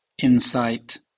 insight